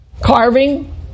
carving